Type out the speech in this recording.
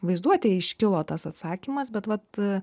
vaizduotėje iškilo tas atsakymas bet vat